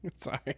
Sorry